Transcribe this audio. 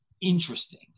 interesting